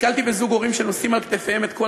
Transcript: נתקלתי בזוג הורים שנושאים על כתפיהם את כל